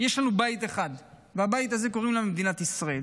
יש לנו בית אחד, ולבית הזה קוראים מדינת ישראל.